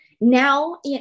Now